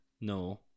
No